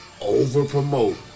over-promote